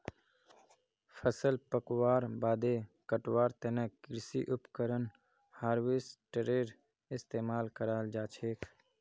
फसल पकवार बादे कटवार तने कृषि उपकरण हार्वेस्टरेर इस्तेमाल कराल जाछेक